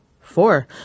four